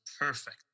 perfect